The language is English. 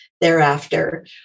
thereafter